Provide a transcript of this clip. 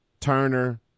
Turner